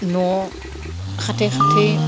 न' खाथि खाथि